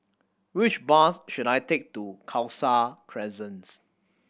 which bus should I take to Khalsa Crescent